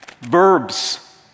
verbs